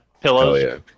Pillows